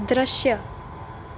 દૃશ્ય